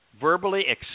verbally